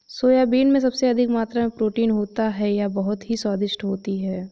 soybean में सबसे अधिक मात्रा में प्रोटीन होता है यह बहुत ही स्वादिष्ट होती हैं